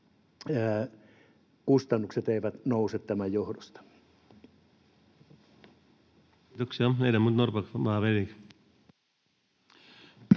kustannukset eivät nouse tämän johdosta. [Speech